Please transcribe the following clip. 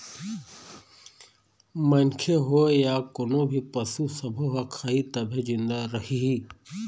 मनखे होए य कोनो भी पसू सब्बो ह खाही तभे जिंदा रइही